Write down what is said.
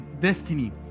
destiny